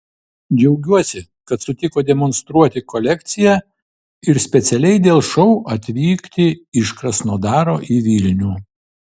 džiaugiuosi kad sutiko demonstruoti kolekciją ir specialiai dėl šou atvykti iš krasnodaro į vilnių